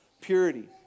Purity